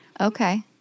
Okay